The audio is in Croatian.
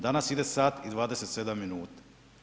Danas ide sat i 27 minuta.